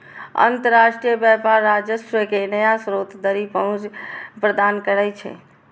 अंतरराष्ट्रीय व्यापार राजस्व के नया स्रोत धरि पहुंच प्रदान करै छै